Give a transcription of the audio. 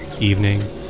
evening